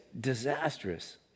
disastrous